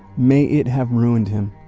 may it have ruined him.